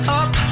up